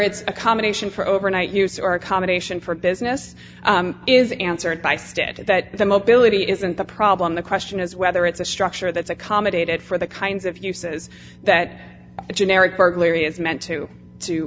it's a combination for overnight use or accommodation for business is answered by static that the mobility isn't the problem the question is whether it's a structure that's accommodated for the kinds of uses that a generic burglary is meant to to